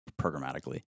programmatically